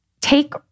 take